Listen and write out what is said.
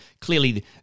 clearly